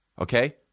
Okay